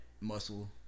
muscle